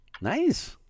Nice